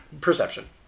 Perception